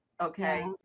okay